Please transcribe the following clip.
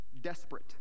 desperate